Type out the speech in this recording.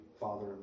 father